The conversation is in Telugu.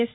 ఎస్